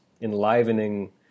enlivening